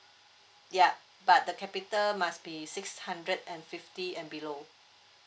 yup but the capital must be six hundred and fifty and below